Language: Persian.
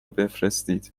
بفرستید